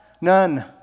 None